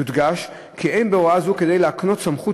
יודגש כי אין בהוראה זו כדי להקנות סמכות